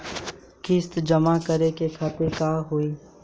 किस्त जमा करे के तारीख का होई?